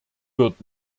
wird